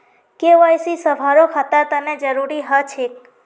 KYC सभारो खातार तने जरुरी ह छेक